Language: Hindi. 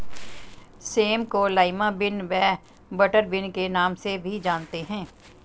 सेम को लाईमा बिन व बटरबिन के नाम से भी जानते हैं